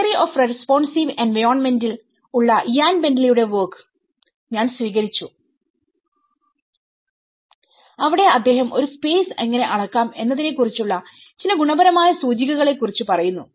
theory of responsive എൻവയോൺമെന്റിൽ ഉള്ള Ian ബെന്റ്ലിയുടെ വർക്ക്Ian Bentley's workഞാൻ സ്വീകരിച്ചുഅവിടെ അദ്ദേഹം ഒരു സ്പേസ് എങ്ങനെ അളക്കാം എന്നതിനെക്കുറിച്ചുള്ള ചില ഗുണപരമായ സൂചികകളെക്കുറിച്ച് പറയുന്നു